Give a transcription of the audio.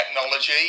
technology